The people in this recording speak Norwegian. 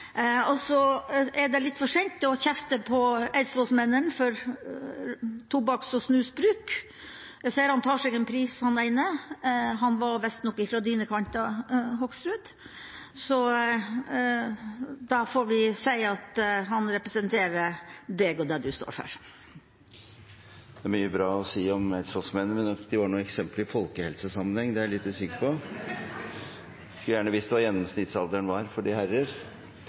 Og så er det litt for seint å kjefte på eidsvollsmennene for tobakks- og snusbruk. Jeg ser at en av dem tar seg en pris. Han var visstnok fra dine kanter, Hoksrud, så da får vi si at han representerer deg og det du står for. Det er mye bra å si om eidsvollsmennene, men at de var noe eksempel i folkehelsesammenheng, er jeg litt usikker på. Jeg skulle gjerne visst hva gjennomsnittsalderen var for de herrer.